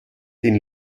den